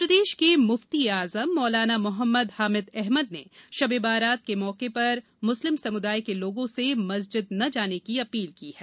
मध्यप्रदेश के मुफ्ती ए आजम मौलाना मोहम्मद हामिद अहमद ने शबे बारात के मौके पर मुस्लिम समुदाय के लोगों से मस्जिद न जाने की अपील की है